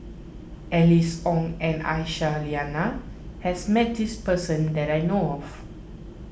Alice Ong and Aisyah Lyana has met this person that I know of